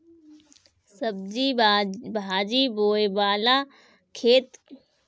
सब्जी भाजी बोए वाला खेत के भी जोतवा के उकर कंकड़ पत्थर बिने के पड़त हवे